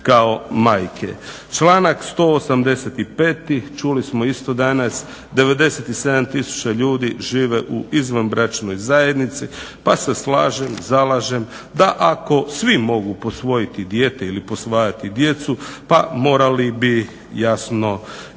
Članak 185., čuli smo isto danas, 97 tisuća ljudi žive u izvanbračnoj zajednici pa se slažem, zalažem da ako svi mogu posvojiti dijete ili posvajati djecu pa morali bi jasno i oni.